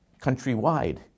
countrywide